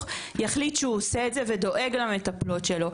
יחליט שהוא עושה את זה ודואגת מטפלות שלו,